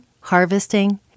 harvesting